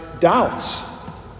doubts